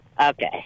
Okay